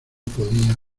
podía